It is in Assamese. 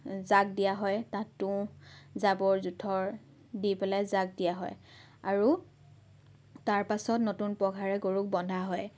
জাগ দিয়া হয় তাত তুঁহ জাবৰ জোথৰ দি পেলাই জাগ দিয়া হয় আৰু তাৰ পাছত নতুন পঘাৰে গৰুক বন্ধা হয়